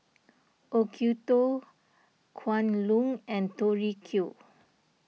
Acuto Kwan Loong and Tori Q